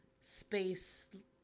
space